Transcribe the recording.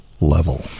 level